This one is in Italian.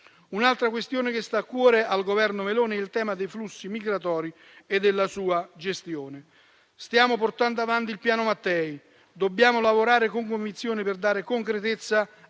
Un'altra questione che sta a cuore al Governo Meloni è il tema dei flussi migratori e la loro gestione. Stiamo portando avanti il Piano Mattei. Dobbiamo lavorare con convinzione per dare concretezza